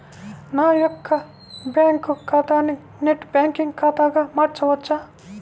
నా యొక్క బ్యాంకు ఖాతాని నెట్ బ్యాంకింగ్ ఖాతాగా మార్చవచ్చా?